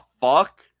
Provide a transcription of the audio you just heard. fuck